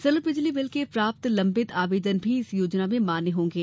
सरल बिजली बिल के प्राप्त लंबित आवेदन भी इस योजना में मान्य होंगे